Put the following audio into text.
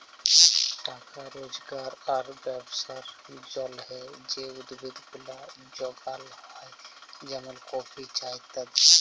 টাকা রজগার আর ব্যবসার জলহে যে উদ্ভিদ গুলা যগাল হ্যয় যেমন কফি, চা ইত্যাদি